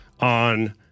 on